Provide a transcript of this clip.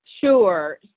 Sure